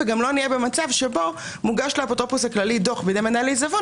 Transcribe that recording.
וגם שלא נהיה במצב שבו מוגש לאפוטרופוס הכללי ולמנהל העיזבון